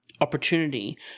opportunity